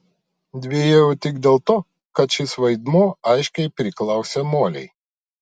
dvejojau tik dėl to kad šis vaidmuo aiškiai priklausė molei